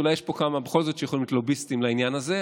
אולי יש פה כמה שבכל זאת יכולים להיות לוביסטים לעניין הזה,